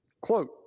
Quote